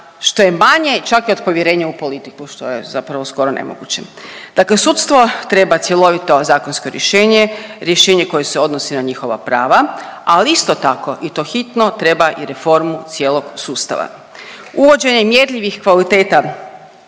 što je manje čak i od povjerenja u politiku što je zapravo skoro nemoguće. Dakle sudstvo treba cjelovito zakonsko rješenje, rješenje koje se odnosi na njihova prava ali isto tako i to hitno treba i reformu cijelog sustava. Uvođenjem mjerljivih kvaliteta,